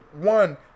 one